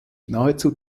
nahezu